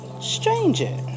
stranger